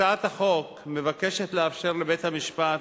הצעת החוק מבקשת לאפשר לבית-המשפט,